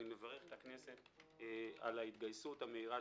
אני מברך את הכנסת על ההתגייסות המהירה